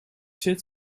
zit